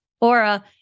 aura